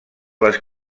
les